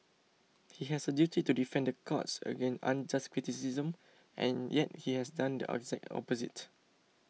he has a duty to defend the courts against unjust criticism and yet he has done the exact opposite